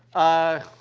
ah,